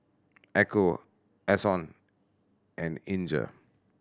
Echo Ason and Inger